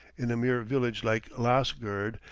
in a mere village like lasgird,